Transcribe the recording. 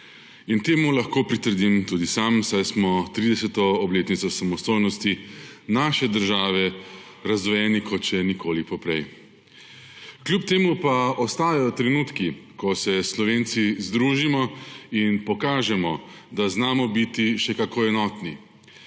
in temu lahko pritrdim tudi sam, saj smo ob trideseti obletnici samostojnosti naše države razdvojeni kot še nikoli poprej. Kljub temu pa ostajajo trenutki, ko se Slovenci združimo in pokažemo, da znamo biti še kako enotni.